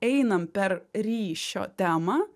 einam per ryšio temą